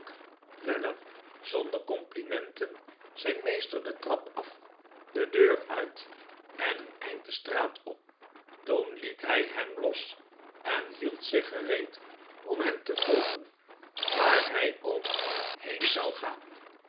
zonder complimenten zijn meester de trap af de deur uit en een eind de straat op toen liet hij hem los en hield zich gereed om hem te vplgen waar hij ook heen zou gaan